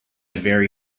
very